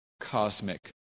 cosmic